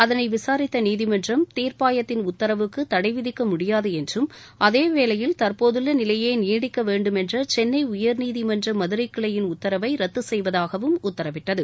அதனை விசாரித்த நீதிமன்றம் தீர்ப்பாயத்தின் உத்தரவுக்கு தடை விதிக்க முடியாது என்றும் அதேவேளையில் தற்போதுள்ள நிலையே நீடிக்க வேண்டும் என்ற சென்னை உயர்நீதிமன்றத்தின் மதுரை கிளை உத்தரவை ரத்து செய்வதாகவும் உத்தரவிட்டது